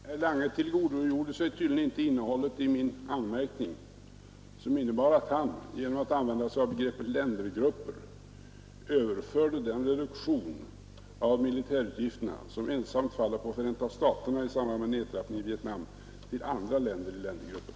Herr talman! Herr Lange tillgodogjorde sig tydligen inte innehållet i min anmärkning, som innebar att han genom att använda sig av begreppet ländergrupper överförde den reduktion av militärutgifterna som ensamt faller på Förenta staterna i samband med nedtrappningen i Vietnam till andra länder i ländergruppen.